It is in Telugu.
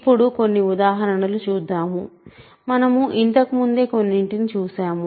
ఇప్పుడు కొన్ని ఉదాహరణలు చూద్దాం మనము ఇంతకు ముందే కొన్నింటిని చూశాము